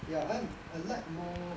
ya and I like more